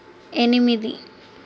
ఎనిమిది